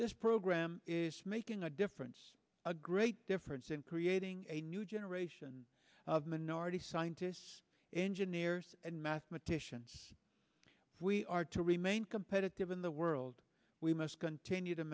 this program is making a difference a great difference in creating a new generation of minority scientists engineers and mathematicians if we are to remain competitive in the world we must continue to